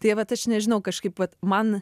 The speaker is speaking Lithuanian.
tai vat aš nežinau kažkaip vat man